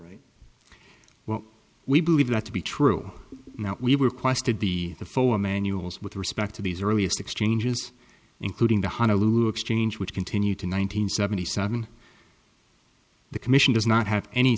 right well we believe that to be true now we were quested the the four manuals with respect to these earliest exchanges including the honolulu exchange which continued to nine hundred seventy seven the commission does not have any